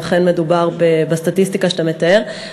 אם אכן מדובר בסטטיסטיקה שאתה מתאר.